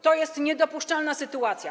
To jest niedopuszczalna sytuacja.